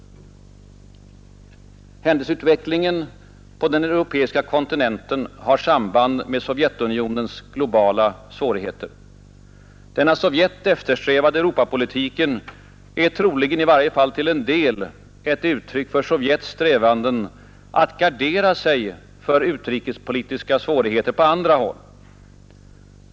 Händelseutvecklingen på den europeiska kontinenten har samband med Sovjetunionens globala svårigheter. Den av Sovjet eftersträvade Europapolitiken är troligen i varje fall till en del ett uttryck för Sovjets strävanden att gardera sig för utrikespolitiska svårigheter på andra håll.